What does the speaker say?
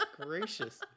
gracious